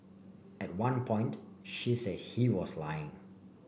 at one point she said he was lying